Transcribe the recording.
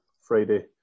Friday